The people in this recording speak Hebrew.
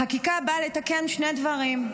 החקיקה באה לתקן שני דברים: